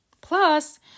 Plus